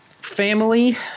family